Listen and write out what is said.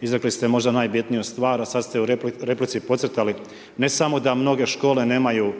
izrekli ste možda najbitniju stvar a sada ste u replici podcrtali ne samo da mnoge škole nemaju